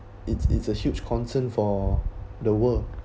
it's it's a huge concern for the world